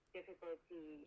difficulty